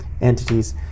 entities